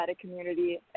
community